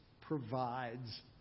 provides